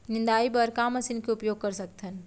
निंदाई बर का मशीन के उपयोग कर सकथन?